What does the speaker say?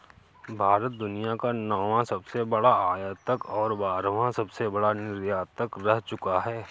भारत दुनिया का नौवां सबसे बड़ा आयातक और बारहवां सबसे बड़ा निर्यातक रह चूका है